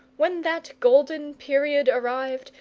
when that golden period arrived,